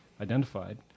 identified